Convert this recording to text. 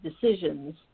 decisions